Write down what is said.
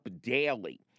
daily